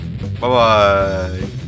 Bye-bye